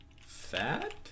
fat